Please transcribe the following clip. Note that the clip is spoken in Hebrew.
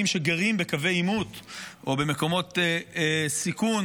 שגרים בקווי עימות או במקומות סיכון.